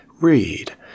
read